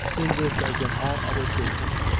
in this as in all other cases,